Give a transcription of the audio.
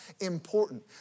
important